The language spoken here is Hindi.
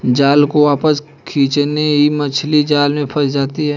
जाल को वापस खींचते ही मछली जाल में फंस जाती है